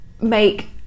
make